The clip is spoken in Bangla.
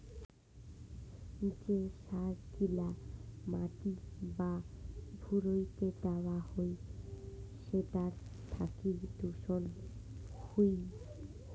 যে সার গিলা মাটি বা ভুঁইতে দেওয়া হই সেটার থাকি দূষণ হউ